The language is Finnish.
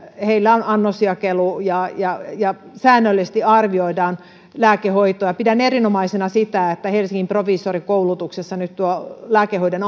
on annosjakelu ja ja säännöllisesti arvioidaan lääkehoitoa pidän erinomaisena sitä että helsingin proviisorikoulutuksessa nyt tuo lääkehoidon